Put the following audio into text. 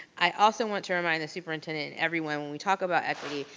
i also want to remind the superintendent and everyone, when we talk about equity,